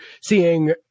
seeing